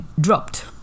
dropped